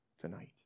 Tonight